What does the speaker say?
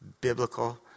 biblical